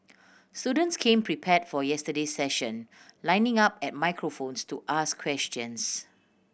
students came prepared for yesterday's session lining up at microphones to ask questions